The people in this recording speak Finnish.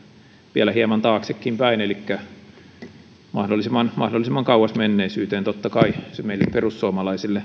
vielä hieman taaksepäinkin mahdollisimman mahdollisimman kauas menneisyyteen totta kai se meille perussuomalaisille